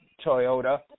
Toyota